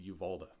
Uvalda